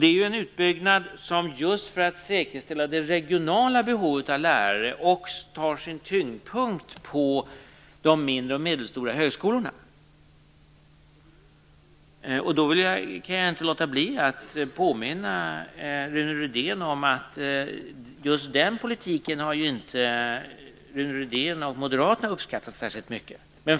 Det är en utbyggnad just för att säkerställa det regionala behovet av lärare, och den har sin tyngdpunkt i de mindre och medelstora högskolorna. Jag kan inte låta bli att påminna Rune Rydén om att Rune Rydén och Moderaterna inte särskilt mycket har uppskattat den politiken.